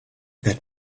that